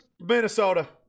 Minnesota